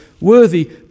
worthy